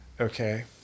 Okay